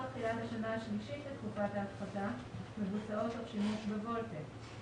תחילת השנה השנייה לתקופת ההפחתה מבוצעות תוך שימוש ב-VoLTE.